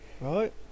right